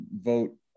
vote